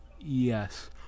Yes